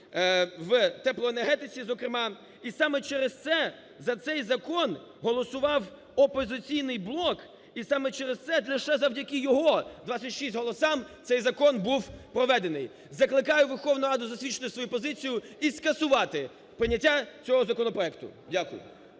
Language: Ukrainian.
в теплоенергетиці зокрема, і саме через це за цей закон голосував "Опозиційний блоку", і саме через це лише завдяки його 26 голосам цей закон був проведений. Закликаю Верховну Раду засвідчити свою позицію і скасувати прийняття цього законопроекту. Дякую.